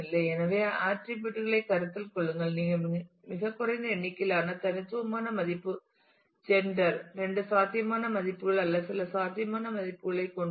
எனவே ஆட்டிரிபியூட் களை கருத்தில் கொள்ளுங்கள் மிகக் குறைந்த எண்ணிக்கையிலான தனித்துவமான மதிப்பு ஜெண்டர் இரண்டு சாத்தியமான மதிப்புகள் அல்லது சில சாத்தியமான மதிப்புகளைக் கொண்டுள்ளது